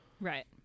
Right